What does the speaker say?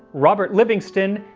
robert livingston,